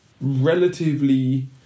relatively